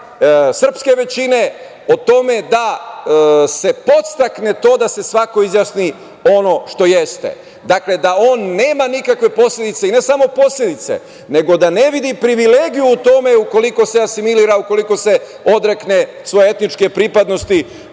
srpske većine o tome da se podstakne to da se svako izjasni o onom što jeste. Dakle, da on nema nikakve posledice i ne samo posledice, nego da ne vidi privilegiju u tome ukoliko se asimilira, ukoliko se odrekne svoje etničke pripadnosti,